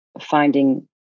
finding